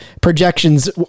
projections